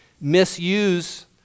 misuse